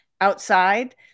outside